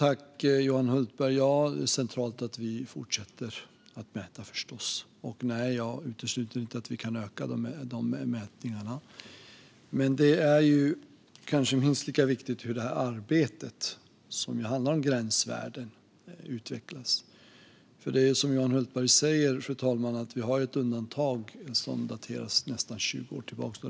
Fru talman! Ja, det är förstås centralt att vi fortsätter att mäta, och nej, jag utesluter inte att vi kan öka mätningarna. Men det är kanske minst lika viktigt hur arbetet som handlar om gränsvärden utvecklas. Som Johan Hultberg säger har vi nämligen ett undantag, fru talman, sedan nästan 20 år tillbaka.